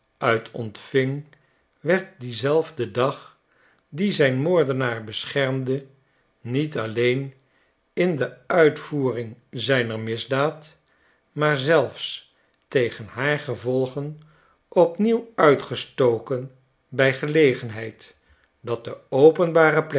ontving werd dezelfde vlag die zijn moordenaar beschermde niet alleen in de uitvoering zijner misdaad maar zelfs tegen haar gevolgen opnieuw uitgestoken bij gelegenheid dat de openbare